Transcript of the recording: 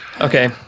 Okay